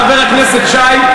חבר הכנסת שי,